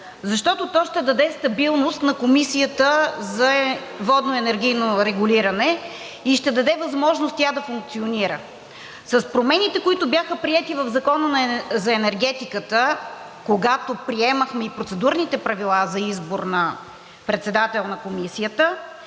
защото то ще даде стабилност на Комисията за водно и енергийно регулиране и ще даде възможност тя да функционира. С промените, които бяха приети в Закона за енергетиката, когато приемахме и процедурните правила за избор на председател на Комисията,